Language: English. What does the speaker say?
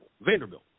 Vanderbilt